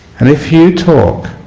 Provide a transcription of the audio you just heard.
and if you talk,